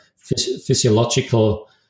physiological